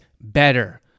better